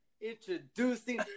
introducing